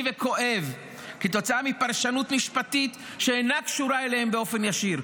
וכואב כתוצאה מפרשנות משפטית שאינה קשורה אליהם באופן ישיר.